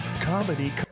Comedy